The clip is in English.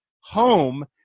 home